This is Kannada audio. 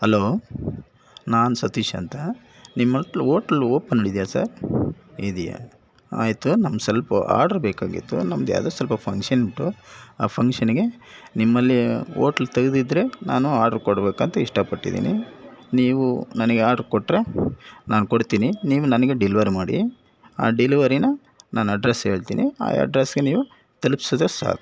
ಹಲೋ ನಾನು ಸತೀಶ್ ಅಂತ ನಿಮ್ಮಟ್ಲ ಓಟ್ಲು ಓಪನ್ ಇದೆಯಾ ಸರ್ ಇದೆಯಾ ಆಯಿತು ನಮ್ಗೆ ಸ್ವಲ್ಪ ಆರ್ಡ್ರ್ ಬೇಕಾಗಿತ್ತು ನಮ್ದು ಯಾವುದೋ ಸ್ವಲ್ಪ ಫಂಕ್ಟನ್ ಉಂಟು ಆ ಫಂಕ್ಷನ್ನಿಗೆ ನಿಮ್ಮಲ್ಲಿ ಓಟ್ಲ್ ತೆಗೆದಿದ್ರೆ ನಾನು ಆರ್ಡ್ರ್ ಕೊಡ್ಬೇಕಂತ ಇಷ್ಟಪಟ್ಟಿದ್ದೀನಿ ನೀವು ನನಗೆ ಆರ್ಡ್ರು ಕೊಟ್ಟರೆ ನಾನು ಕೊಡ್ತೀನಿ ನೀವು ನನಗೆ ಡಿಲಿವರಿ ಮಾಡಿ ಆ ಡಿಲಿವರಿನ ನಾನು ಅಡ್ರಸ್ ಹೇಳ್ತೀನಿ ಆ ಅಡ್ರಸ್ಗೆ ನೀವು ತಲುಪ್ಸಿದ್ರೆ ಸಾಕು